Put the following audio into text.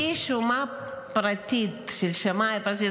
זה לפי שומה פרטית של שמאי פרטי,